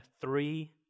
three